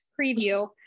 preview